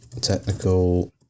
Technical